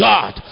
God